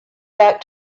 back